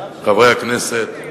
חברי הכנסת,